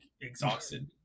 exhausted